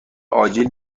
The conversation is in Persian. آجیل